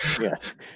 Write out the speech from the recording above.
Yes